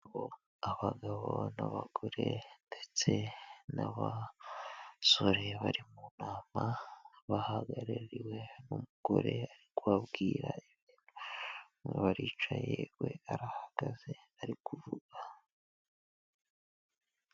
Abagabo n'abagore ndetse n'abasore bari mu nama, bahagarariwe n'umugore ari kubabwira ibintu. Bamwe baricaye, we arahagaze, ari kuvuga.